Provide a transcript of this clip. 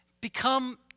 Become